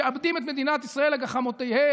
משעבדים את מדינת ישראל לגחמותיהם,